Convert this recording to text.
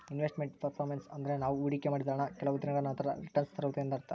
invest made performance ಅಂದ್ರೆ ನಾವು ಹೊಡಿಕೆ ಮಾಡಿದ ಹಣ ಕೆಲವು ದಿನಗಳ ನಂತರ ರಿಟನ್ಸ್ ತರುವುದು ಎಂದರ್ಥ ಆಗ್ಯಾದ